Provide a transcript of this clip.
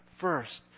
first